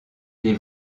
des